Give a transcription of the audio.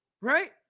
Right